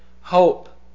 hope